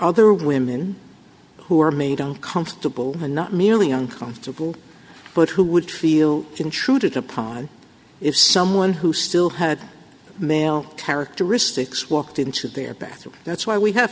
other women who are made uncomfortable and not merely uncomfortable but who would feel intruded upon if someone who still had male characteristics walked into their bathroom that's why we have